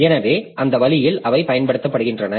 எனவே அந்த வழியில் அவை பயன்படுத்தப்படுகின்றன